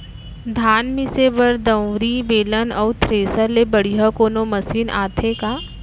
धान मिसे बर दंवरि, बेलन अऊ थ्रेसर ले बढ़िया कोनो मशीन आथे का?